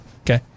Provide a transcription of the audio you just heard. Okay